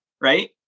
right